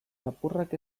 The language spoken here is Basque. lapurrak